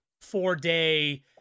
four-day